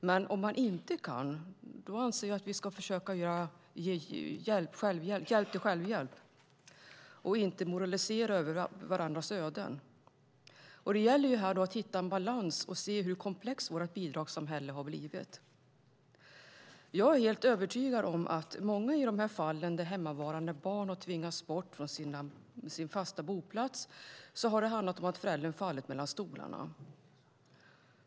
Men om man inte kan anser jag att vi ska försöka ge hjälp till självhjälp och inte moralisera över varandras öden. Här gäller det att hitta en balans och se hur komplext vårt bidragssamhälle har blivit. Jag är helt övertygad om att många av de fall där hemmavarande barn har tvingats bort från sin fasta boplats har handlat om att föräldern har fallit mellan stolarna.